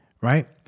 Right